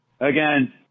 again